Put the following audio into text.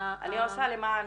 ה- - אני עושה למען